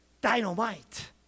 dynamite